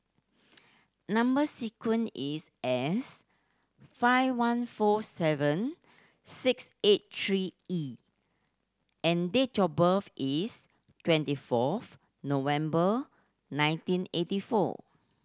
number sequence is S five one four seven six eight three E and date of birth is twenty fourth November nineteen eighty four